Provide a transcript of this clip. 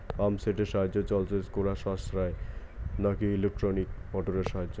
Pump সেটের সাহায্যে জলসেচ করা সাশ্রয় নাকি ইলেকট্রনিক মোটরের সাহায্যে?